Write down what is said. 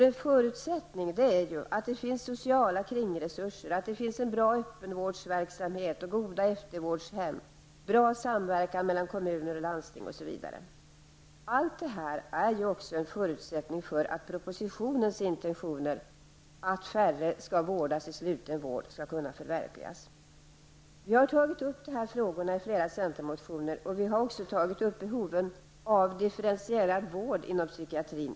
En förutsättning är nämligen att det finns sociala kringresurser, att det finns en bra öppenvårdsverksamhet och goda eftervårdshem, bra samverkan mellan kommuner och landsting, osv. Allt det här är ju också en förutsättning för att propositionens intentioner, dvs. att färre skall vårdas i sluten vård, skall kunna förverkligas. Vi har tagit upp de här frågorna i flera centermotioner, och vi har också tagit upp behoven av differentierad vård inom psykiatrin.